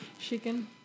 Chicken